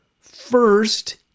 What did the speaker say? first